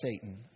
Satan